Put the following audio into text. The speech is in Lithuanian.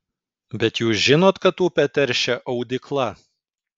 bet jūs žinot kad upę teršia audykla